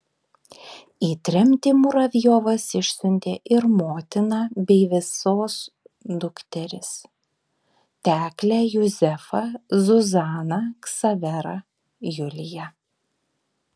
į tremtį muravjovas išsiuntė ir motiną bei visos dukteris teklę juzefą zuzaną ksaverą juliją